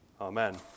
Amen